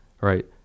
right